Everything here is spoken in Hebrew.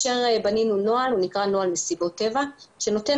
בנינו נוהל שנקרא נוהל מסיבות טבע שנותן